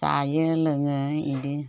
जायो लोङो बेदि